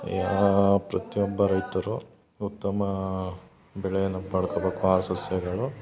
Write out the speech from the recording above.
ಯಾ ಪ್ರತಿಯೊಬ್ಬ ರೈತರು ಉತ್ತಮ ಬೆಳೆಯನ್ನ ಪಡ್ಕಬೇಕು ಆ ಸಸ್ಯಗಳು